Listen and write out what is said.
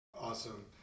awesome